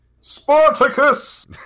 Spartacus